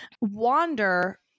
wander